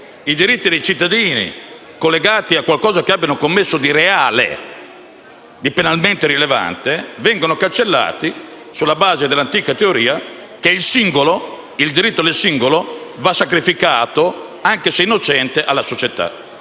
i diritti dei cittadini a qualcosa che abbiano commesso di reale e penalmente rilevante, vengono cancellati sulla base dell'antica teoria che il diritto del singolo, anche se innocente, va sacrificato